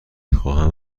خواهم